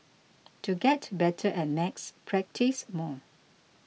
to get better at maths practise more